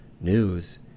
news